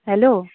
hello